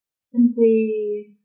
simply